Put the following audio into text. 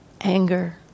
anger